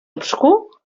obscur